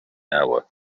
hour